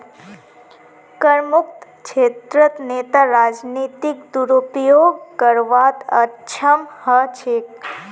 करमुक्त क्षेत्रत नेता राजनीतिक दुरुपयोग करवात अक्षम ह छेक